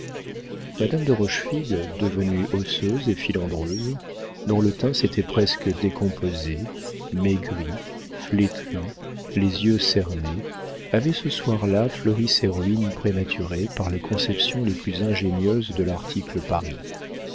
de rochefide devenue osseuse et filandreuse dont le teint s'était presque décomposé maigrie flétrie les yeux cernés avait ce soir-là fleuri ses ruines prématurées par les conceptions les plus ingénieuses de larticle paris